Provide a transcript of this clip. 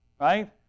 right